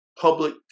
public